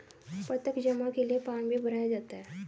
प्रत्यक्ष जमा के लिये फ़ार्म भी भराया जाता है